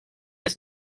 this